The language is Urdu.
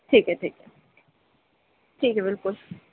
ٹھیک ہے ٹھیک ہے ٹھیک ہے بالکل